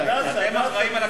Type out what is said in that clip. אסד, אסד, אסד מסוריה.